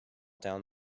down